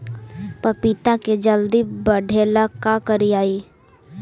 पपिता के जल्दी बढ़े ल का करिअई?